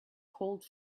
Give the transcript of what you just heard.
cold